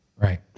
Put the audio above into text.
right